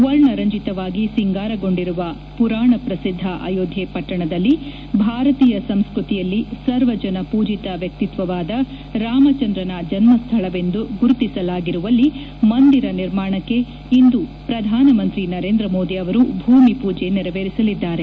ವರ್ಣರಂಜಿತವಾಗಿ ಸಿಂಗಾರಗೊಂಡಿರುವ ಪುರಾಣ ಪ್ರಸಿದ್ದ ಅಯೋಧ್ಯೆ ಪಟ್ಟಣದಲ್ಲಿ ಭಾರತೀಯ ಸಂಸ್ಕೃತಿಯಲ್ಲಿ ಸರ್ವಜನ ಪೂಜಿತ ವ್ಯಕ್ತಿತ್ವವಾದ ರಾಮಚಂದ್ರನ ಜನ್ಮಸ್ಥಳವೆಂದು ಗುರುತಿಸಲಾಗಿರುವಲ್ಲಿ ಮಂದಿರ ನಿರ್ಮಾಣಕ್ಕೆ ಇಂದು ಪ್ರಧಾನಮಂತ್ರಿ ನರೇಂದ್ರ ಮೋದಿ ಅವರು ಭೂಮಿ ಪೂಜೆ ನೆರವೇರಿಸಲಿದ್ದಾರೆ